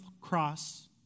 cross